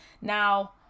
Now